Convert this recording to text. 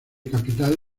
capital